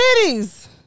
cities